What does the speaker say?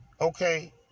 okay